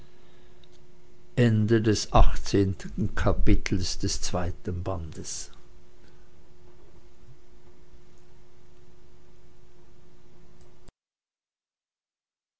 sonnenuntergange des zweiten